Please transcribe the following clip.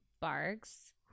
Barks